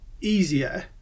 easier